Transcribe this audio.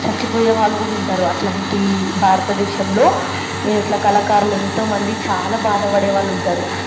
చచ్చిపోయేవాళ్లు కూడ ఉంటారు అట్లాంటి భారతదేశంలో ఇట్లా కళకారులు ఎంతోమంది చాలామంది భాదపడేవాళ్ళు ఉంటారు